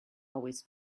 always